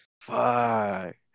Fuck